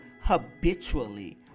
habitually